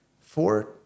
four